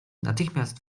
natychmiast